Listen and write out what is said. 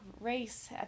race